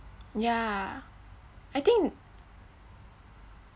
ya I think